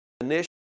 initial